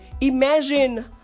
Imagine